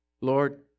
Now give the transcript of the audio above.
Lord